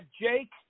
jake